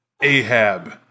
Ahab